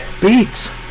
Beats